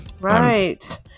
Right